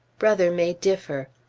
brother may differ.